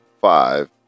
five